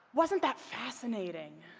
wasn't that fascinating?